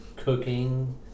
Cooking